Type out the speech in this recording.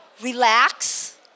Relax